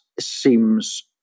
seems